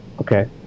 Okay